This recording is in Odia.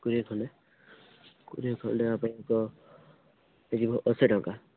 କୋଡିଏ ଖଣ୍ଡେ କୋଡ଼ିଏ ଖଣ୍ଡେ ହବା ପାଇଁ ତ ହେଇଯିବ ଅଶୀ ଟଙ୍କା